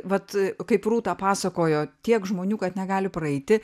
vat kaip rūta pasakojo tiek žmonių kad negali praeiti